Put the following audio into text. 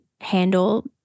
handle